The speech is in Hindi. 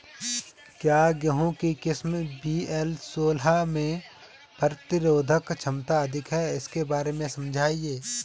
क्या गेहूँ की किस्म वी.एल सोलह में प्रतिरोधक क्षमता अधिक है इसके बारे में समझाइये?